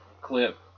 clip